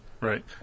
Right